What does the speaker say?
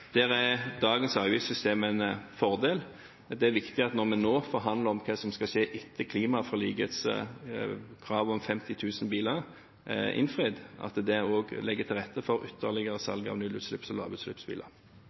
Der har dagens avgiftssystem en fordel. Det er viktig når vi nå forhandler om hva som skal skje etter at klimaforlikets krav om 50 000 nullutslippsbiler er innfridd, at det også der legges til rette for ytterligere salg av nullutslipps- og lavutslippsbiler.